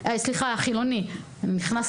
שדות נגב